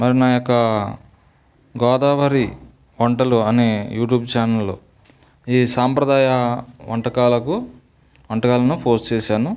మరి నా యొక్క గోదావరి వంటలు అనే యూట్యూబ్ ఛానలు ఈ సాంప్రదాయ వంటకాలకు వంటకాలను పోస్ట్ చేశాను